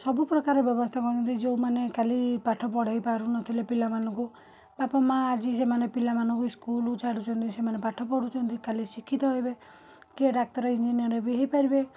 ସବୁପ୍ରକାର ବ୍ୟବସ୍ଥା ମାନେ ଯେଉଁମାନେ କାଲି ପାଠ ପଢ଼େଇ ପାରୁନଥିଲେ ପିଲାମାନଙ୍କୁ ବାପ ମା' ଆଜି ସେମାନେ ପିଲାମାନଙ୍କୁ ସ୍କୁଲ୍ ଛାଡ଼ୁଛନ୍ତି ପିଲାମାନଙ୍କୁ ସେମାନେ ପାଠ ପଢୁଛନ୍ତି କାଲି ଶିକ୍ଷିତ ହେବେ କିଏ ଡାକ୍ତର ଇଂଜିନିୟର ବି ହୋଇପାରିବେ